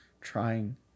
trying